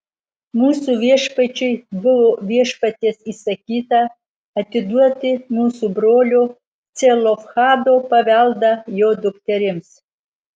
mūsų viešpačiui buvo viešpaties įsakyta atiduoti mūsų brolio celofhado paveldą jo dukterims